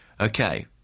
Okay